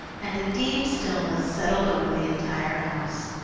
and a deep stillness settled over the entire house.